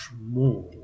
more